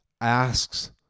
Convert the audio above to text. asks